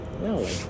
No